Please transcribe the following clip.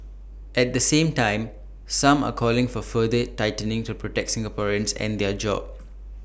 at the same time some are calling for further tightening to protect Singaporeans and their jobs